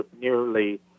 nearly